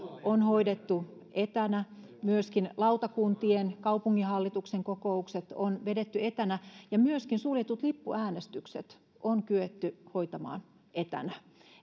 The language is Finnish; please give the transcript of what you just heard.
on hoidettu etänä myöskin lautakuntien kaupunginhallituksen kokoukset on vedetty etänä ja myöskin suljetut lippuäänestykset on kyetty hoitamaan etänä